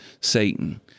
Satan